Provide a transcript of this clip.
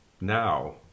now